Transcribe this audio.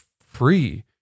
free